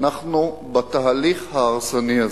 אנחנו בתהליך ההרסני הזה.